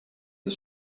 the